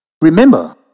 Remember